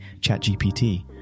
ChatGPT